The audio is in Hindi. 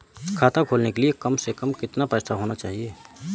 खाता खोलने के लिए कम से कम कितना पैसा होना चाहिए?